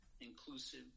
inclusive